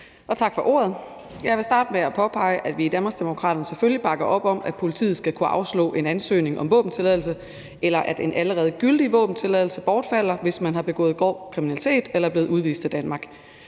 tak for ordet. Jeg vil starte med at påpege, at vi i Danmarksdemokraterne selvfølgelig bakker op om, at politiet skal kunne afslå en ansøgning om våbentilladelse, og at en allerede gyldig våbentilladelse bortfalder, hvis man har begået grov kriminalitet eller er blevet udvist af Danmark.